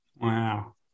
Wow